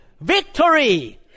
Victory